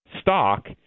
stock –